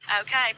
Okay